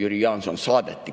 Jüri Jaanson saadeti